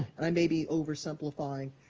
and i may be oversimplifying,